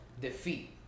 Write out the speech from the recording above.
defeat